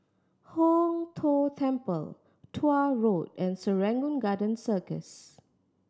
Hong Tho Temple Tuah Road and Serangoon Garden Circus